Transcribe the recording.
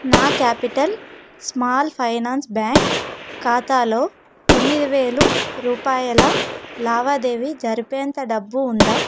నా Capital Small Finance Bank ఖాతాలో తొమ్మిది వేల రూపాయల లావాదేవీ జరిపేంత డబ్బు ఉందా